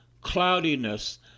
cloudiness